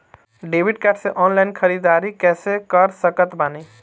Debit card से online ख़रीदारी कैसे कर सकत बानी?